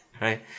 Right